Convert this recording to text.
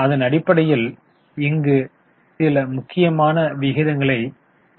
அதன் அடிப்படையில் இங்கு சில முக்கியமான விகிதங்களை கணக்கிட்டுள்ளோம்